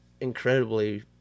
incredibly